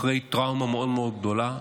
אחרי טראומה מאוד מאוד גדולה.